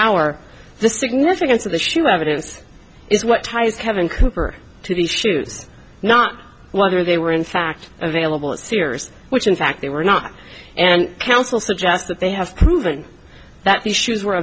hour the significance of the shoe evidence is what ties kevin cooper to the shoes not whether they were in fact available at sears which in fact they were not and counsel suggest that they have proven that the shoes were